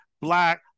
black